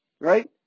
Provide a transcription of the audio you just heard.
right